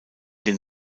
den